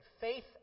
faith